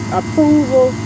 approval